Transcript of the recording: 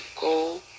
go